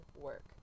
work